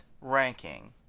ranking